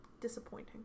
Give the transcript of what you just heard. disappointing